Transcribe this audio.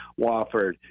Wofford